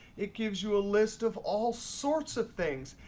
it gives you a list of all sorts of things.